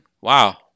Wow